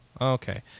Okay